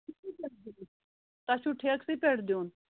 تۄہہِ چھُو ٹھیکسٕے پٮ۪ٹھ دیُن